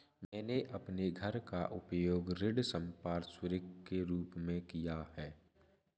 मैंने अपने घर का उपयोग ऋण संपार्श्विक के रूप में किया है